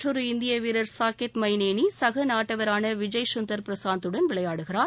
மற்றொரு இந்திய வீரர் சாகேத் நைநேனி சக நாட்டவரான விஜய் சுந்தர் பிரசாந்த்துடன் விளையாடுகிறார்